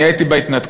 אני הייתי בהתנתקות,